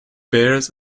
bears